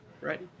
right